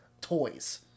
toys